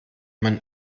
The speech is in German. man